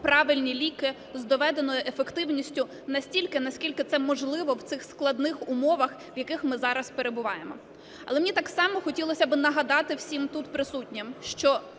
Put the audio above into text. правильні ліки, з доведеною ефективністю настільки, наскільки це можливо в цих складних умовах, в яких ми зараз перебуваємо. Але мені так само хотілося би нагадати всім тут присутнім, що